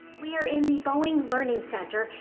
we are in the boeing learning center,